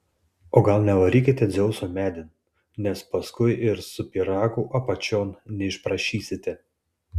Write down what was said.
o gal nevarykite dzeuso medin nes paskui ir su pyragu apačion neišprašysite